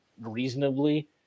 reasonably